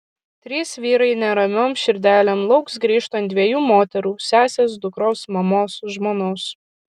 trys vyrai neramiom širdelėm lauks grįžtant dviejų moterų sesės dukros mamos žmonos